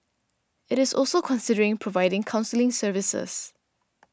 it is also considering providing counselling services